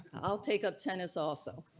i'll take up tennis also.